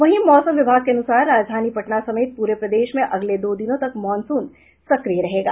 वहीं मौसम विभाग के अनुसार राजधानी पटना समेत पूरे प्रदेश में अगले दो दिनों मॉनसून सक्रिय रहेगा